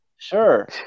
Sure